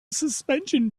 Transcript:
suspension